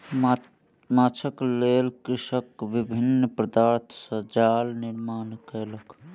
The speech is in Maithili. माँछक लेल कृषक विभिन्न पदार्थ सॅ जाल निर्माण कयलक